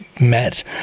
met